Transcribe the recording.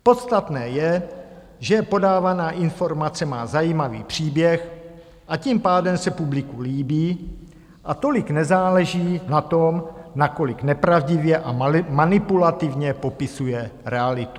Podstatné je, že podávaná informace má zajímavý příběh, a tím pádem se publiku líbí a tolik nezáleží na tom, nakolik nepravdivě a manipulativně popisuje realitu.